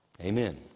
Amen